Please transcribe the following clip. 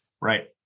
right